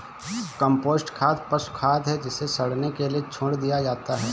compost खाद पशु खाद है जिसे सड़ने के लिए छोड़ दिया जाता है